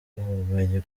ubumenyi